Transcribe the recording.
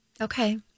Okay